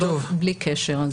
בלי קשר.